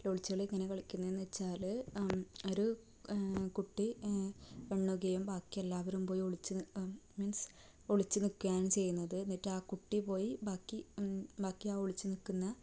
ഒളിച്ചുകളി എങ്ങനെയാ കളിക്കുന്നതെന്ന് വെച്ചാൽ ഒരു കുട്ടി എണ്ണുകയും ബാക്കിയെല്ലാവരും പോയി ഒളിച്ചു മീൻസ് ഒളിച്ചു നിൽക്കുകയാണ് ചെയ്യുന്നത് എന്നിട്ട് ആ കുട്ടി പോയി ബാക്കി ബാക്കി ആ ഒളിച്ചു നിൽക്കുന്ന